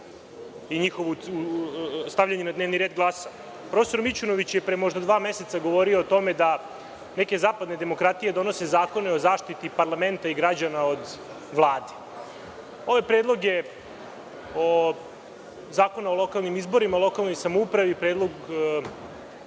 za njih, stavljanje na dnevni red glasa. Profesor Mićunović, je pre možda dva meseca govorio o tome da neke zapadne demokratije donose zakone o zaštiti parlamenta i građana od Vlade. Ovaj predlog je o zakonima o lokalnim izborima, lokalnoj samoupravi, Predlog